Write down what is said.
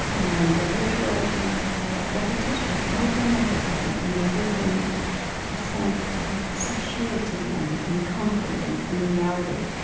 and a ritual is repetition over and over again, and they give them a sense of security and and comfort and familiarity,